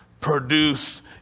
produced